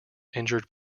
injured